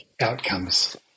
outcomes